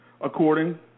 according